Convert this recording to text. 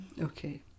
okay